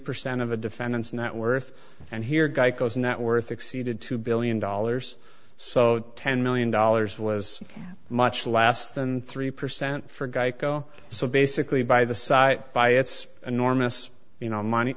percent of a defendant's net worth and here geico is net worth exceeded two billion dollars so ten million dollars was much last than three percent for geico so basically by the site by its enormous you know money